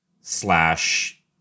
slash